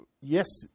yes